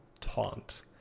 taunt